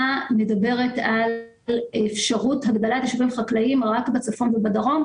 מדברת על אפשרות הגדלה בשטח חקלאי רק בצפון ובדרום.